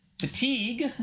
Fatigue